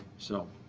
so